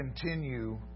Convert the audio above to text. continue